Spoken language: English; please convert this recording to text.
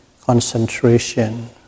concentration